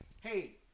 Hey